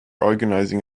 organizing